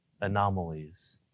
anomalies